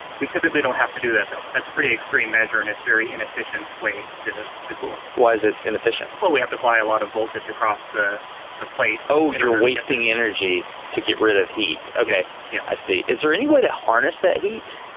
we typically don't have to do that though. that's a pretty extreme measure and it's very inefficient way to to cool. why is it inefficient? well, we have to apply a lot of voltage across the the plate. oh, you're wasting energy to get rid of heat. okay, yeah i see. is there any way to harness that heat?